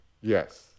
Yes